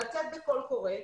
לצאת בקול קורא,